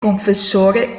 confessore